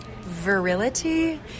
virility